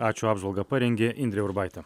ačiū apžvalgą parengė indrė urbaitė